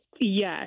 Yes